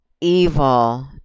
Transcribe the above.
evil